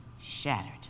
shattered